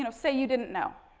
you know say you didn't know,